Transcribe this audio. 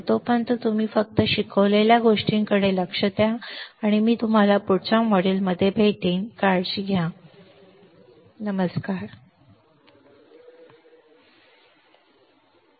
तर तोपर्यंत तुम्ही फक्त मी शिकवलेल्या गोष्टींकडे लक्ष द्या आणि मी तुम्हाला पुढच्या मॉड्यूलमध्ये काळजी घेईन अलविदा